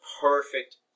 perfect